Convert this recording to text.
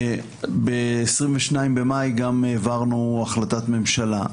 ב-22 במאי גם העברנו החלטת ממשלה.